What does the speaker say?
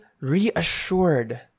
reassured